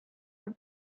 have